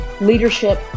leadership